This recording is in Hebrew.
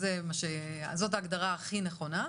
זאת ההגדרה הכי נכונה.